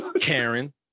Karen